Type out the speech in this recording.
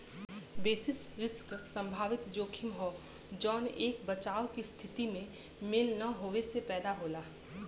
basis risk संभावित जोखिम हौ जौन एक बचाव के स्थिति में मेल न होये से पैदा होला